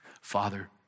Father